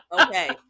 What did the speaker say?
okay